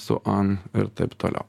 su an ir taip toliau